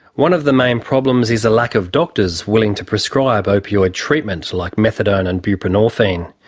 one of the main problems is a lack of doctors willing to prescribe opioid treatments like methadone and buprenorphine.